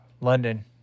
London